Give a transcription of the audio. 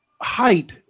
height